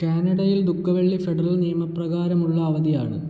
കാനഡയിൽ ദുഃഖ വെള്ളി ഫെഡറൽ നിയമപ്രകാരമുള്ള അവധിയാണ്